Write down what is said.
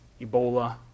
Ebola